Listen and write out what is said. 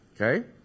Okay